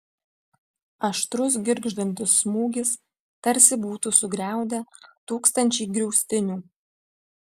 aštrus girgždantis smūgis tarsi būtų sugriaudę tūkstančiai griaustinių